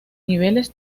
niveles